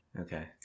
Okay